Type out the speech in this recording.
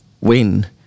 win